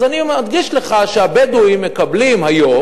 אז אני מדגיש לך שהבדואים מקבלים היום,